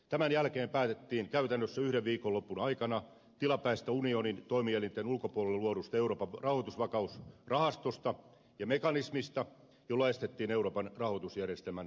tämän jälkeen päätettiin käytännössä yhden viikonlopun aikana tilapäisestä unionin toimielinten ulkopuolelle luodusta euroopan rahoitusvakausrahastosta ja mekanismista jolla estettiin euroopan rahoitusjärjestelmän romahtaminen